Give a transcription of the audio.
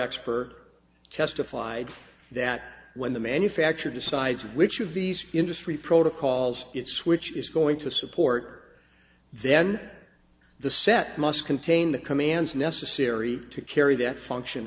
expert testified that when the manufacturer decides which of these industry protocols it's which is going to support then the set must contain the commands necessary to carry that function